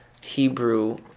Hebrew